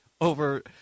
over